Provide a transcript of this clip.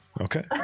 okay